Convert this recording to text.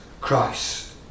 Christ